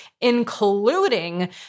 including